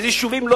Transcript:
איזה יישובים לא